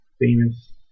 famous